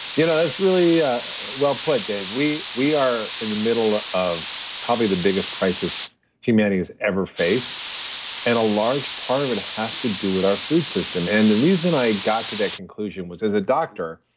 you know really ah well put, dave. we we are in the middle of probably the biggest crisis humanity has ever faced and a large part of it has to do with our food system, and the reason i got to that conclusion was as a doctor,